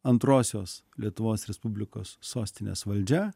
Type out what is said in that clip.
antrosios lietuvos respublikos sostinės valdžia